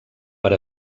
per